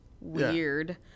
Weird